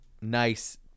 nice